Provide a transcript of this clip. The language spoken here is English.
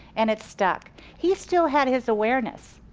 and it stuck. he still had his awareness.